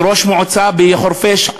ראש המועצה בחורפיש,